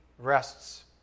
rests